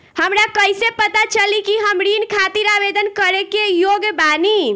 हमरा कईसे पता चली कि हम ऋण खातिर आवेदन करे के योग्य बानी?